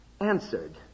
Answered